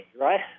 right